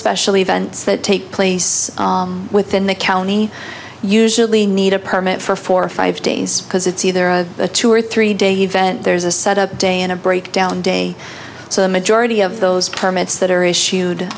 special events that take place within the county usually need a permit for four or five days because it's either a two or three day event there's a set up day in a break down day so the majority of those permits that are issued